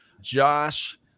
Josh